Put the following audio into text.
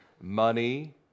money